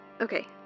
Okay